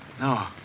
No